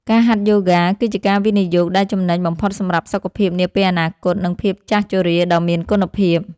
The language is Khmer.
ការហាត់យូហ្គា គឺជាការវិនិយោគដែលចំណេញបំផុតសម្រាប់សុខភាពនាពេលអនាគត និងភាពចាស់ជរាដ៏មានគុណភាព។